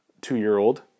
two-year-old